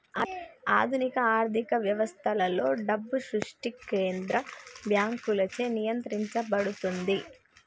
ఆధునిక ఆర్థిక వ్యవస్థలలో, డబ్బు సృష్టి కేంద్ర బ్యాంకులచే నియంత్రించబడుతుంది